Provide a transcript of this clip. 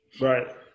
Right